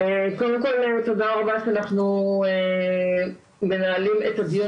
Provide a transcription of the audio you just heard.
קודם כל תודה רבה שאנחנו מנהלים את הדיון